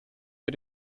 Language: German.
für